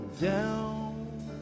down